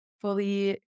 fully